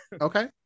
Okay